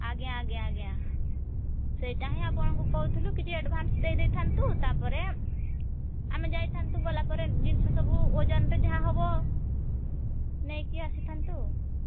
ଆଜ୍ଞା ଆଜ୍ଞା ଆଜ୍ଞା ସେଇଟା ହିଁ ଆପଣଙ୍କୁ କହୁଥିଲୁ କିଛି ଆଡ଼ଭାନ୍ସ ଦେଇ ଦେଇଥାନ୍ତୁ ତାପରେ ଆମେ ଯାଇଥାନ୍ତୁ ଗଲା ପରେ ଜିନିଷ ସବୁ ଓଜନରେ ଯାହା ହେବ ନେଇକି ଆସିଥାନ୍ତୁ